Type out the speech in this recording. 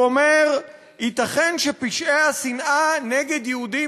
הוא אומר: ייתכן שפשעי השנאה נגד יהודים